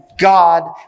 God